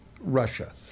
Russia